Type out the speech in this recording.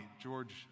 George